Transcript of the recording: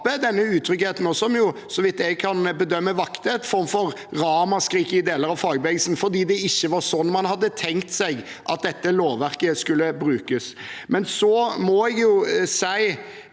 denne utryggheten, og som, så vidt jeg kan bedømme, vakte en form for ramaskrik i deler av fagbevegelsen fordi det ikke var sånn man hadde tenkt seg at dette lovverket skulle brukes. Når representanten